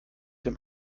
dem